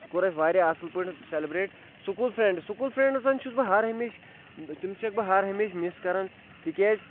سُہ کوٚر اَسہِ واریاہ اَصٕل پٲٹھۍ سٮ۪لِبریٹ سکوٗل فرٮ۪نٛڈٕز سکوٗل فرنٛڈسَن چھُس بہٕ ہر ہمیشہِ تِم چھِ سَکھ بہٕ ہر ہمیشہِ مِس کران تِکیٛازِ